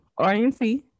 rnc